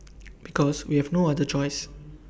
because we have no other choice